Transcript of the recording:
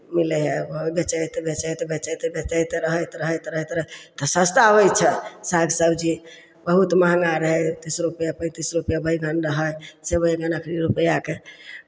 मिलै हइ बेचैत बेचैत बेचैत बेचैत रहैत रहैत रहैत रहैत तऽ सस्ता होइ छै साग सबजी बहुत महंगा रहय तीस रुपैए पैंतिस रुपैए बैगन रहय से बैगन एखन रुपैआके